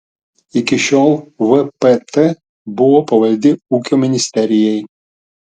iki šiol vpt buvo pavaldi ūkio ministerijai